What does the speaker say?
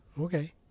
okay